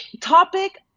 topic